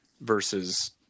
versus